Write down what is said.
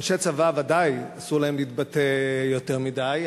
אנשי צבא ודאי אסור להם להתבטא יותר מדי,